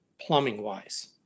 plumbing-wise